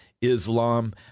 Islam